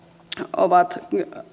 ovat